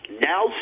Now